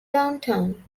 downtown